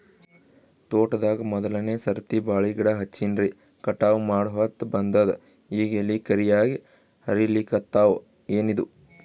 ತೋಟದಾಗ ಮೋದಲನೆ ಸರ್ತಿ ಬಾಳಿ ಗಿಡ ಹಚ್ಚಿನ್ರಿ, ಕಟಾವ ಮಾಡಹೊತ್ತ ಬಂದದ ಈಗ ಎಲಿ ಕರಿಯಾಗಿ ಹರಿಲಿಕತ್ತಾವ, ಏನಿದು?